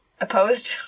Opposed